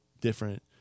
different